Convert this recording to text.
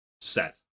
set